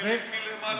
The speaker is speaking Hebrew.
מלמעלה עד למטה.